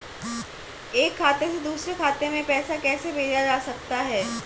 एक खाते से दूसरे खाते में पैसा कैसे भेजा जा सकता है?